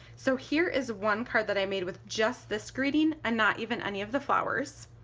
so here is one card that i made with just this greeting and not even any of the flowers,